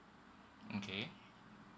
okay